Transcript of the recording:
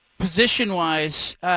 Position-wise